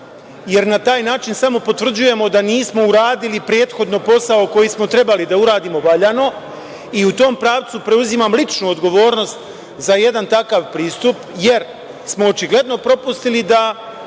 jer na taj način samo potvrđujemo da nismo uradili prethodno posao koji smo trebali da uradimo valjano i u tom pravcu preuzimam ličnu odgovornost za jedan takav pristup, jer smo očigledno propustili da